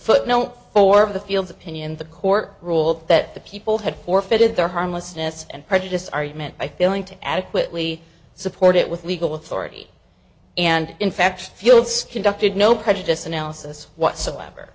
footnote four of the fields opinion the court ruled that the people had forfeited their harmlessness and prejudiced argument by failing to adequately support it with legal authority and in fact fields conducted no prejudice analysis whatsoever